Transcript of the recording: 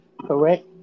correct